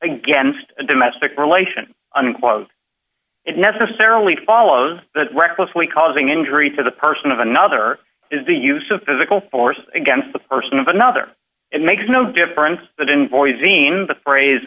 against domestic relation unquote it necessarily follows that recklessly causing injury to the person of another is the use of physical force against the person of another it makes no difference that in boise the phrase